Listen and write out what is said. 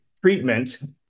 treatment